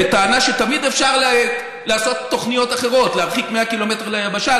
בטענה שתמיד אפשר לעשות תוכניות אחרות: להרחיק 100 ק"מ מהיבשה,